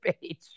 page